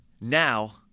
Now